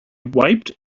wiped